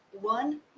one